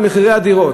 וזה מחירי הדירות.